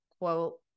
quote